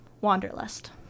wanderlust